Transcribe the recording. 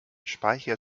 speicher